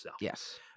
Yes